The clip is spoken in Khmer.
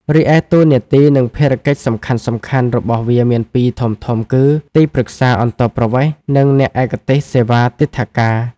រីឯ តួនាទី និងភារកិច្ចសំខាន់ៗរបស់វាមានពីរធំៗគឺ ទីប្រឹក្សាអន្តោប្រវេសន៍ និងអ្នកឯកទេសសេវាទិដ្ឋាការ។